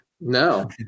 No